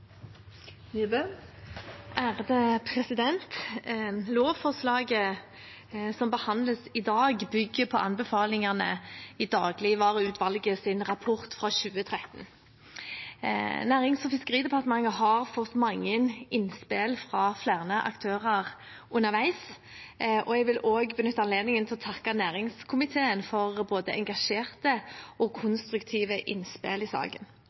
Lovforslaget som behandles i dag, bygger på anbefalingene i Dagligvareutvalgets rapport fra 2013. Nærings- og fiskeridepartementet har fått mange innspill fra flere aktører underveis. Jeg vil også benytte anledningen til å takke næringskomiteen for både engasjerte og konstruktive innspill i saken.